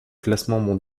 classement